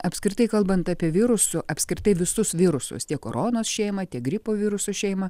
apskritai kalbant apie virusų apskritai visus virusus tiek koronos šeimą tiek gripo virusų šeimą